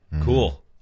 cool